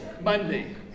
Monday